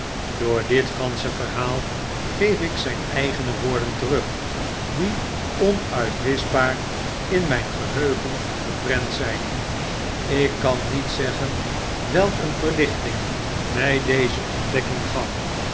door dit gansche verhaal geef ik zyn eigene woorden terug die onuitwiscnbaar in mp geheugen geprent zyn ik kan niet zeggen welk een verlichting my deze ontdekking gaf